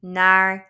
naar